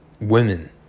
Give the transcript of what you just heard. women